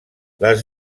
les